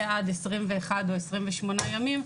זה עד 21 או עד 28 ימים,